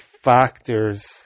factors